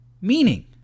meaning